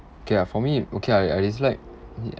okay ah for me okay I I dislike